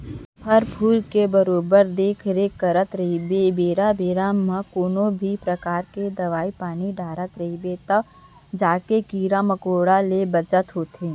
फर फूल के बरोबर देख रेख करत रइबे बेरा बेरा म कोनों भी परकार के दवई पानी डारत रइबे तव जाके कीरा मकोड़ा ले बचत होथे